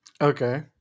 Okay